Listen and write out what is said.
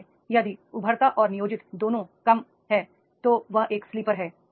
इसलिए यदि उभरता और नियोजित दोनों कम हैं तो यह एक स्लीपर है